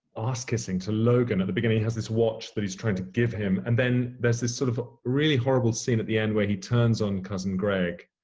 ah ass-kissing to logan at the beginning. he has this watch that he's trying to give him, and then there's this sort of really horrible scene at the end where he turns on cousin greg,